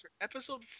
episode